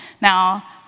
Now